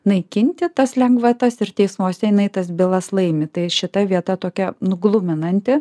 naikinti tas lengvatas ir teismuose jinai tas bylas laimi tai šita vieta tokia nu gluminanti